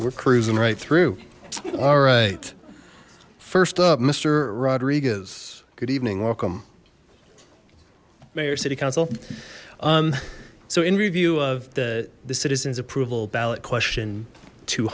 we're cruising right through all right first up mister rodriguez good evening welcome mayor city council so in review of the citizens approval ballot question two